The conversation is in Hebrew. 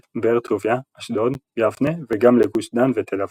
באר טוביה, אשדוד, יבנה וגם לגוש דן ותל אביב.